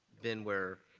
been where,